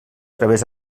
través